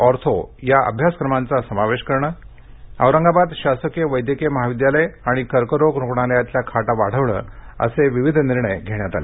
ortho या अभ्यासक्रमाचा समावेश करण औरंगाबाद शासकीय वैद्यकीय महाविद्यालय आणि कर्करोग रुग्णालयातल्या खाटा वाढवणं असे विविध निर्णय या बैठकीत झाले